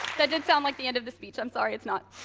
that did sound like the end of the speech. i'm sorry, it's not.